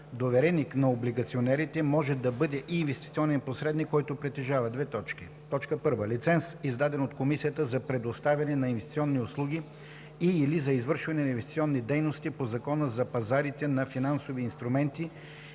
Довереник на облигационерите може да бъде и инвестиционен посредник, който притежава: 1. лиценз, издаден от Комисията, за предоставяне на инвестиционни услуги и/или за извършване на инвестиционни дейности по Закона за пазарите на финансови инструменти,